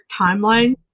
timeline